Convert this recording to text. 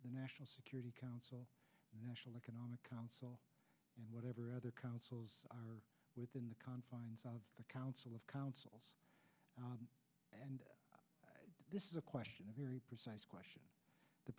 the national security council national economic council and whatever other councils are within the confines of the council of councils and this is a question very precise question the